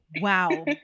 wow